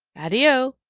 addio!